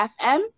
fm